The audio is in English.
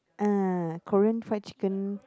uh Korean friend chicken